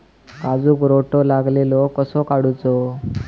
काजूक रोटो लागलेलो कसो काडूचो?